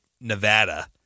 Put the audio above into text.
Nevada